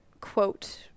quote